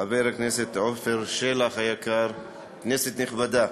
חבר הכנסת עפר שלח היקר, כנסת נכבדה,